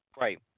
Right